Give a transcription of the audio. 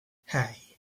hey